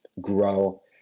grow